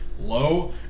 low